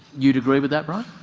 you'd agree with that, brian?